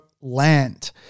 land